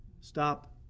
stop